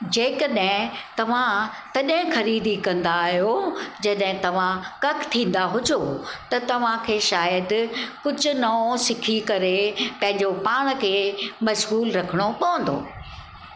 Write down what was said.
जेकॾहिं तव्हां तॾहिं ख़रीदी कंदा आहियो जॾहिं तव्हां ककि थींदा हुजो त तव्हांखे शायदि कुझु नओं सिखी करे पंहिंजो पाण खे मशगूल रखिणो पवंदो